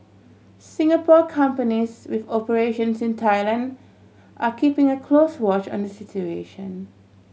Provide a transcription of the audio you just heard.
Singapore companies with operations in Thailand are keeping a close watch on the situation